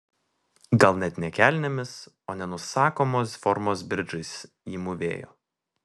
gal net ne kelnėmis o nenusakomos formos bridžais ji mūvėjo